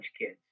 kids